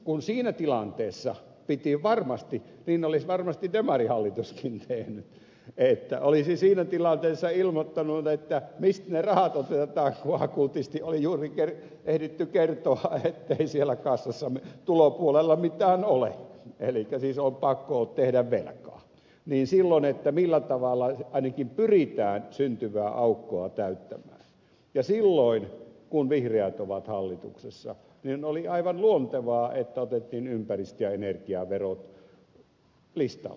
kun siinä tilanteessa piti varmasti kertoa niin olisi varmasti demarihallituskin tehnyt että olisi siinä tilanteessa ilmoittanut mistä ne rahat otetaan kun akuutisti oli juuri ehditty kertoa ettei siellä kassassa tulopuolella mitään ole elikkä siis on pakko tehdä velkaa millä tavalla ainakin pyritään syntyvää aukkoa täyttämään niin silloin kun vihreät ovat hallituksessa niin oli aivan luontevaa että otettiin ympäristö ja energiaverot listalle